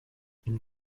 une